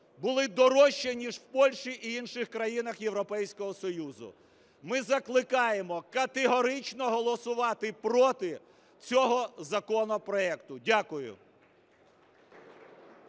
були дорожчі ніж в Польщі і інших країнах Європейського Союзу. Ми закликаємо категорично голосувати проти цього законопроекту. Дякую.